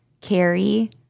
carry